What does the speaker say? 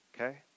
Okay